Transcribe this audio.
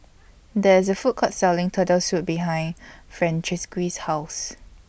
There IS A Food Court Selling Turtle Soup behind Francisqui's House